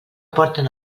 porten